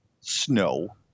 snow